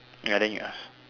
ya then you ask